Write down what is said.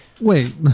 Wait